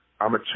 I'ma